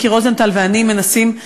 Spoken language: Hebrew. מיקי רוזנטל ואני מנסים,